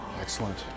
Excellent